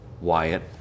Wyatt